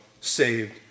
saved